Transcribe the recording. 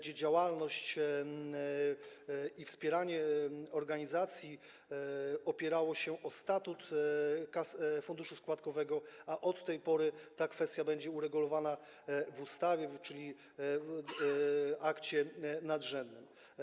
Działalność i wspieranie organizacji opierały się na statucie funduszu składkowego, a od tej pory ta kwestia będzie uregulowana w ustawie, czyli akcie nadrzędnym.